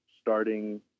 starting